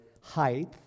height